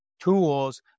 tools